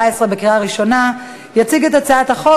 בקריאה ראשונה והיא תועבר לדיון בוועדת החינוך,